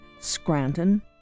Scranton